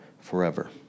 forever